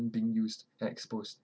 being used and exposed